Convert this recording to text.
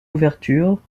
ouverture